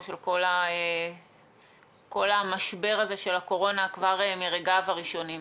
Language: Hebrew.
של כל המשבר הזה של הקורונה כבר מרגעיו הראשונים.